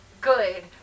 good